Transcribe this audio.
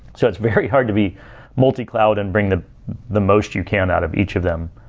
so it's very hard to be multi-cloud and bring the the most you can out of each of them.